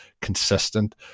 consistent